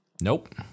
Nope